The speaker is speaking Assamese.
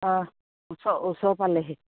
অঁ ওচৰ ওচৰ পালেহি